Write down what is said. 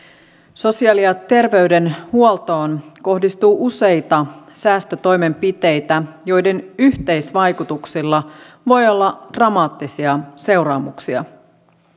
sosiaali ja terveydenhuoltoon kohdistuu useita säästötoimenpiteitä joiden yhteisvaikutuksilla voi olla dramaattisia seuraamuksia